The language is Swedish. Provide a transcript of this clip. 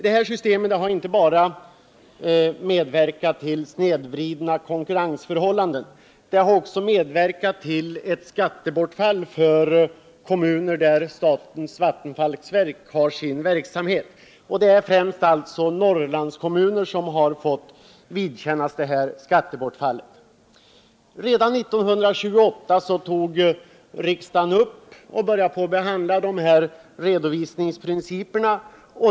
Detta system har inte bara medverkat till snedvridna konkurrensförhållanden, utan det har också medfört ett skattebortfall för kommuner där statens vattenfallsverk har sin verksamhet. Det är alltså främst Norrlandskommuner som fått vidkännas detta skattebortfall. Redan 1928 tog riksdagen upp dessa redovisningsprinciper.